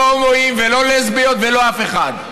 לא הומואים ולא לסביות ולא אף אחד.